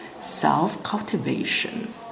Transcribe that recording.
self-cultivation